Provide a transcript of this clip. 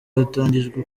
hatangijwe